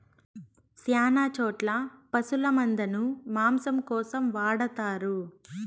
శ్యాన చోట్ల పశుల మందను మాంసం కోసం వాడతారు